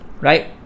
right